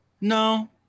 No